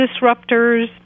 disruptors